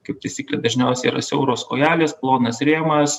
kaip taisyklė dažniausiai yra siauros kojelės plonas rėmas